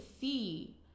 see